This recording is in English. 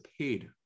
paid